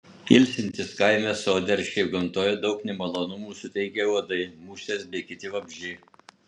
ilsintis kaime sode ar šiaip gamtoje daug nemalonumų suteikia uodai musės bei kiti vabzdžiai